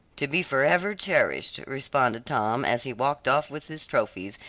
to be forever cherished, responded tom, as he walked off with his trophies,